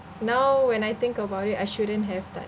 now when I think about it I shouldn't have done